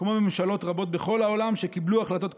כמו ממשלות רבות בכל העולם שקיבלו החלטות קשות.